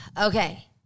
Okay